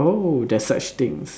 oh there's such things